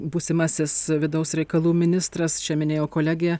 būsimasis vidaus reikalų ministras čia minėjo kolegė